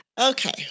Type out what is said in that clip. Okay